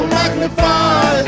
magnify